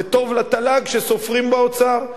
זה טוב לתל"ג שסופרים באוצר,